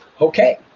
Okay